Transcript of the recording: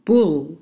Bull